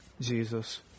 Jesus